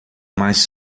mas